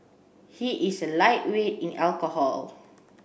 he is a lightweight in alcohol